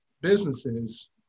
businesses